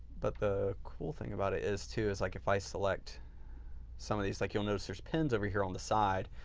but the cool thing about it too is like if i select some of these, like you'll notice there's pins over here on the side.